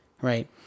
right